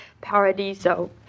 Paradiso